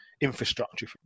infrastructure